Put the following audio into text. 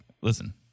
listen